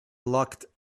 locked